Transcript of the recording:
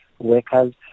workers